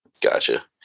Gotcha